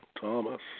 Thomas